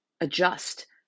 adjust